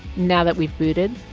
now that we've booted,